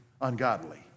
ungodly